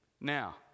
now